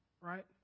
right